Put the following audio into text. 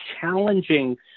challenging